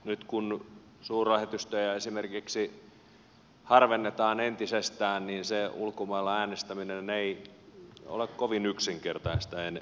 nyt kun esimerkiksi suurlähetystöjä harvennetaan entisestään niin ulkomailla äänestäminen ei ole kovin yksinkertaista enää